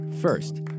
First